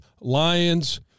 Lions